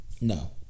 No